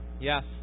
yes